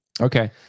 Okay